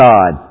God